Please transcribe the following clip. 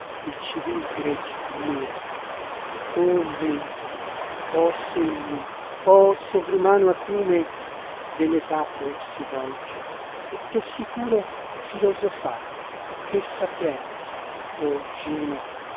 il civil gregge ammira oh menti oh senno oh sovrumano acume dell'età ch'or si volge e che sicuro filosofar che sapienza o gino